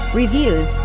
reviews